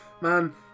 Man